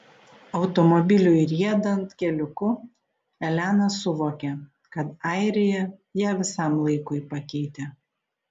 automobiliui riedant keliuku elena suvokė kad airija ją visam laikui pakeitė